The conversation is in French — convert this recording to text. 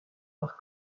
par